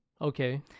Okay